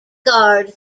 guard